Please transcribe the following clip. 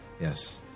Yes